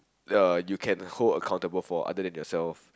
uh you can hold accountable for other than yourself